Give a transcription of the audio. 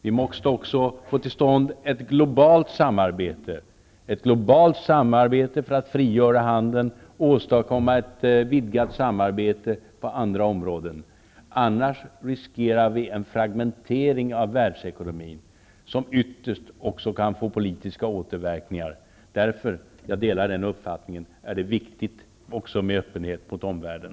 Vi måste också få till stånd ett globalt samarbete för att frigöra handeln och åstadkomma ett vidgat samarbete på andra områden. Annars riskerar vi en fragmentering av världsekonomin, som ytterst också kan få politiska återverkningar. Jag delar därför uppfattningen att det är viktigt med öppenhet också gentemot omvärlden.